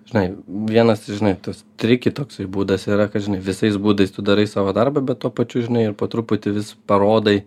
žinai vienas žinai tas triki toksai būdas yra kad žinai visais būdais tu darai savo darbą bet tuo pačiu žinai ir po truputį vis parodai